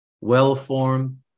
well-formed